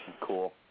cool